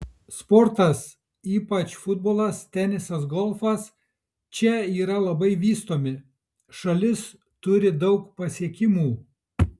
sportas ypač futbolas tenisas golfas čia yra labai vystomi šalis turi daug pasiekimų